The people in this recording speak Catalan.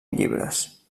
llibres